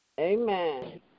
amen